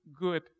good